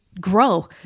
grow